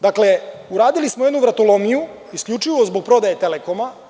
Dakle, uradili smo jednu vratolomiju isključivo zbog prodaje „Telekoma“